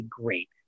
great